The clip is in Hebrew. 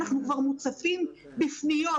אנחנו כבר מוצפים בפניות